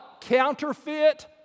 counterfeit